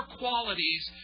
qualities